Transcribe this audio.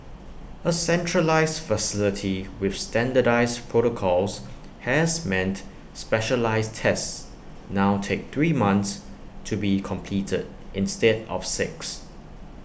A centralised facility with standardised protocols has meant specialised tests now take three months to be completed instead of six